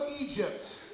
Egypt